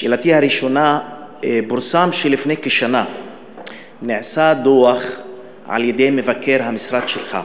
שאלתי הראשונה: פורסם שלפני כשנה נעשה דוח על-ידי מבקר המשרד שלך,